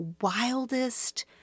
wildest